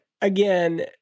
again